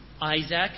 Isaac